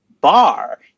bar